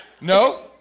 No